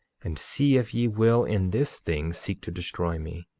and see if ye will in this thing seek to destroy me.